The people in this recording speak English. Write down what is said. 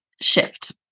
shift